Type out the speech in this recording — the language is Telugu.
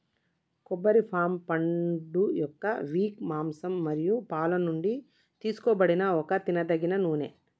కొబ్బరి పామ్ పండుయొక్క విక్, మాంసం మరియు పాలు నుండి తీసుకోబడిన ఒక తినదగిన నూనె